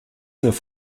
neuf